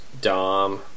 Dom